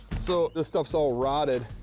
so this stuff's all rotted,